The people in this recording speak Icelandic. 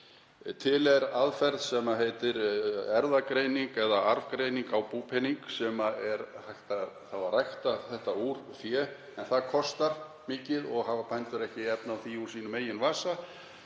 Til er aðferð sem heitir erfðagreining eða arfgreining á búpening sem þá er hægt að rækta úr fé en það kostar mikið og hafa bændur ekki efni á því úr sínum eigin vasa.